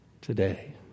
Today